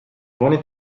funny